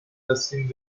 dressing